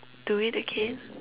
do it again